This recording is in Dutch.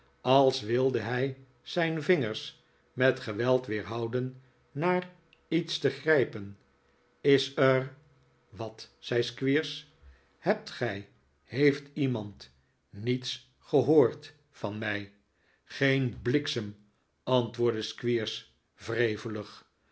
als wilde hij zijn vingers met geweld weerhouden naar iets te grijpenis er wat zei squeers hebt gij heeft iemand niets gehoord van mij geen bliksem antwoordde squeers wrevelig